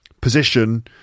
position